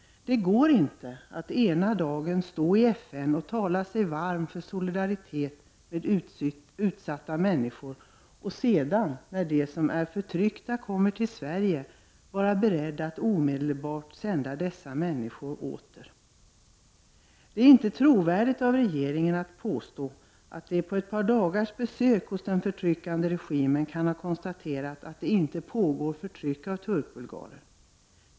Det går inte att ena dagen stå i FN och tala sig varm för solidaritet med utsatta människor och sedan, när de som är förtryckta kommer till Sverige, vara beredd att omedelbart sända dessa människor åter. Det är inte trovärdigt av regeringen att påstå att man vid ett par dagars besök hos den förtryckande regimen kan ha konstaterat att det inte pågår förtryck av turkbulgarer.